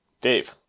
Dave